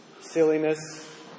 silliness